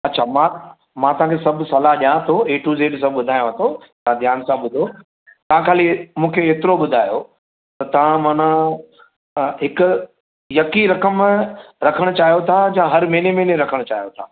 अच्छा मां मां तव्हांखे सभ सलाह ॾिया थो ए टू ज़ैड सभ ॿुधाया थो तव्हां ध्यानु सां ॿुधो तव्हां खाली मूंखे हेतिरो ॿुधायो त तव्हां माना हिकु यकी रक़म रखनु चाहियो था या हर महीने महीने रखणु चाहियो था